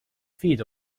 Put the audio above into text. feed